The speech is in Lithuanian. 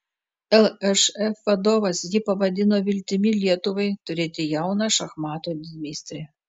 lšf vadovas jį pavadino viltimi lietuvai turėti jauną šachmatų didmeistrį